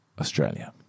Australia